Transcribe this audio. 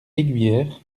aiguière